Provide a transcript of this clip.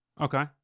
Okay